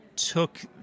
took